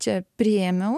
čia priėmiau